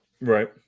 Right